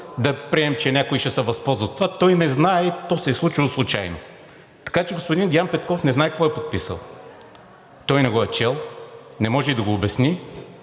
да приемем, че някой ще се възползва от това, а той не знае, и то се е случило случайно. Така че господин Деян Петков не знае какво е подписал. Той не го е чел и не може и да го обясни